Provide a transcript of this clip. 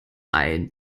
ein